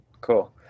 cool